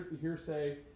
Hearsay